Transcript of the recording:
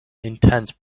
intense